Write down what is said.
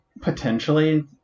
Potentially